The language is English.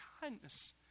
kindness